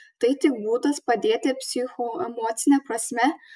tai tik būdas padėti psichoemocine prasme